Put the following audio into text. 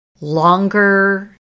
longer